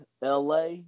LA